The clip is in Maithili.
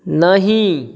नहि